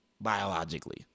Biologically